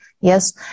Yes